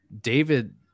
David